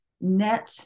net